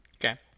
Okay